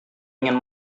ingin